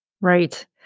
right